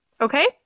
Okay